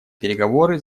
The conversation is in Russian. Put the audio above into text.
переговоры